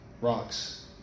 rocks